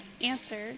answer